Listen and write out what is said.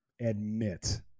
admit